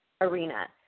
arena